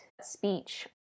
speech